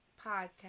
podcast